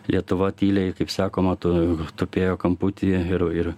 lietuva tyliai kaip sakoma tu tupėjo kamputyje ir ir